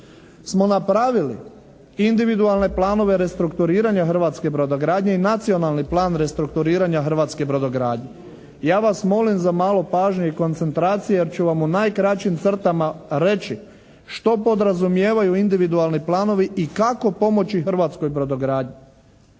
smo napravili individualne planove restrukturiranja hrvatske brodogradnje i Nacionalni plan restrukturiranja hrvatske brodogradnje. Ja vas molim za malo pažnje i koncentracije jer ću vam u najkraćim crtama reći što podrazumijevaju individualni planovi i kako pomoći hrvatskoj brodogradnji.